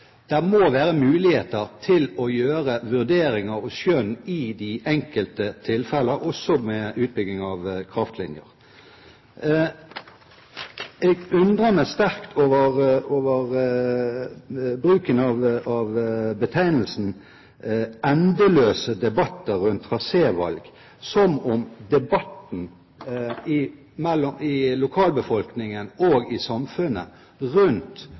må være muligheter til å gjøre vurderinger og skjønn i de enkelte tilfeller, også ved utbygging av kraftlinjer. Jeg undrer meg sterkt over bruken av betegnelsen «endeløse debatter rundt trasévalg», som om debatten i lokalbefolkningen og i samfunnet ellers rundt